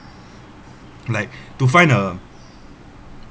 like to find a